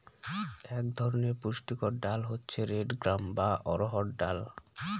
এক ধরনের পুষ্টিকর ডাল হচ্ছে রেড গ্রাম বা অড়হর ডাল